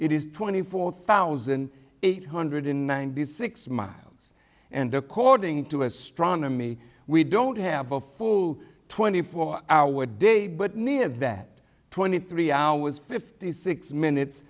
it is twenty four thousand eight hundred ninety six miles and according to astronomy we don't have a full twenty four hour day but near that twenty three hours fifty six minutes